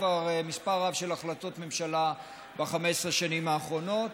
כבר מספר רב של החלטות ממשלה ב-15 השנים האחרונות,